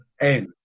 end